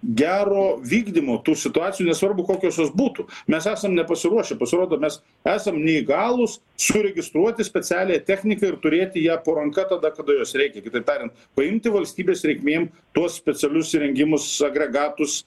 gero vykdymo tų situacijų nesvarbu kokios jos būtų mes esam nepasiruošę pasirodo mes esam neįgalūs suregistruoti specialiąją techniką ir turėti ją po ranka tada kada jos reikia kitaip tariant paimti valstybės reikmėm tuos specialius įrengimus agregatus